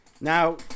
Now